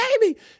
baby